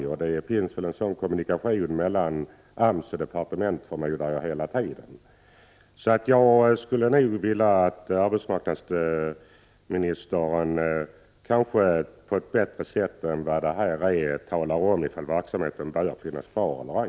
Jag förmodar att det fortlöpande finns en kommunikation mellan AMS och departementet. Jag skulle vilja att arbetsmarknadsministern på ett bättre sätt än vad som skett talar om huruvida verksamheten bör finnas kvar eller ej.